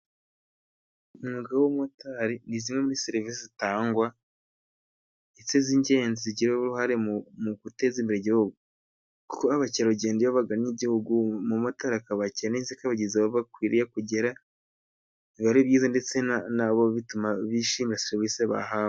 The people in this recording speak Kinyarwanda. Umwuga w'umumotari ni zimwe muri serivisi zitangwa ndetse z'ingenzi zigira uruhare mu guteza imbere igihugu kuko abakerarugendo iyo bagannye igihugu, umumotari akabakira neza, akabageza aho bakwiriye kugera, biba ari byiza ndetse na bo bituma bishimira serivisi bahawe.